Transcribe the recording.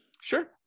Sure